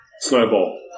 Snowball